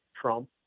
trump